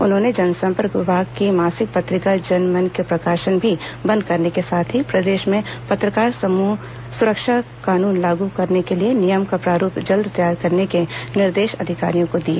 उन्होंने जनसंपर्क विभाग की मासिक पत्रिका जन मन का प्रकाशन भी बंद करने के साथ ही प्रदेश में पत्रकार सुरक्षा कानून लागू करने के लिए नियम का प्रारूप जल्द तैयार करने के निर्देश अधिकारियों को दिए